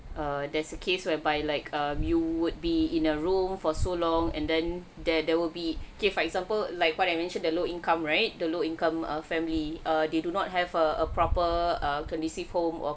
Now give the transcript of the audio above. err there's a case whereby like err you would be in a room for so long and then there there will be okay for example like what I mentioned the low income right the low income family err they do not have a proper err conducive home or